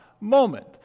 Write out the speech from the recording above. moment